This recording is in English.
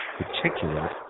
particular